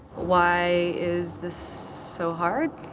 why. is this so hard?